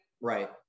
Right